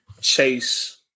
chase